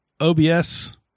OBS